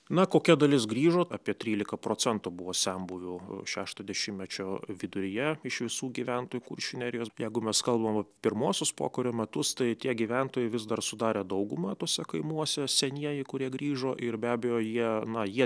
na kokia dalis grįžo apie trylika procentų buvo senbuvių šešto dešimtmečio viduryje iš visų gyventojų kuršių nerijos jeigu mes kalbam apie pirmuosius pokario metus tai tie gyventojai vis dar sudarė daugumą tuose kaimuose senieji kurie grįžo ir be abejo jie na jie